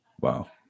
Wow